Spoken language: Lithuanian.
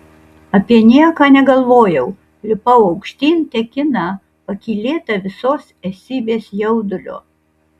apie nieką negalvojau lipau aukštyn tekina pakylėta visos esybės jaudulio